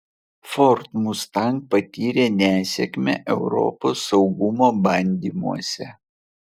ford mustang patyrė nesėkmę europos saugumo bandymuose